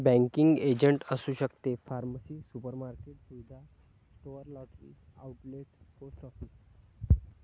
banking agent असू शकते pharmacy supermarket सुविधा store lottery outlet post office